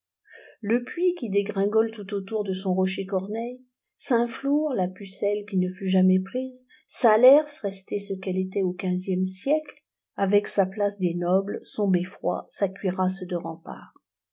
le puy qui dégringole tout autour de son rocher corneille saintflour la pucelle qui ne fut jamais prise salers restée ce qu'elle était au quinzième siècle avec sa place des nobles son beffroi sa cuirasse de remparts